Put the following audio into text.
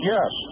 Yes